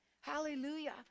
hallelujah